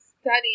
study